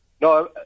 No